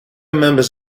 members